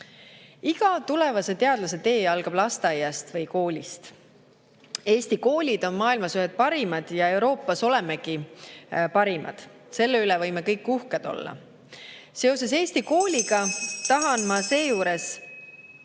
tulevase teadlase tee algab lasteaiast või koolist. Eesti koolid on maailmas ühed parimad ja Euroopas olemegi parimad. Selle üle võime kõik uhked olla. Seoses Eesti kooliga tahan ma kogu